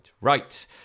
Right